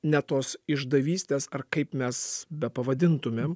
ne tos išdavystės ar kaip mes bepavadintumėm